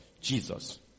Jesus